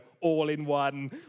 all-in-one